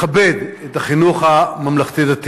לכבד את החינוך הממלכתי-דתי.